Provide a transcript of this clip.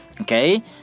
Okay